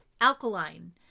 alkaline